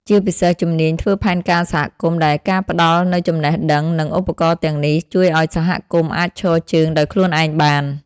ជាពិសេស ជំនាញធ្វើផែនការសហគមន៍ ដែលការផ្ដល់នូវចំណេះដឹង និងឧបករណ៍ទាំងនេះ ជួយឱ្យសហគមន៍អាចឈរជើងដោយខ្លួនឯងបាន។